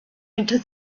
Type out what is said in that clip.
into